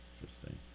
Interesting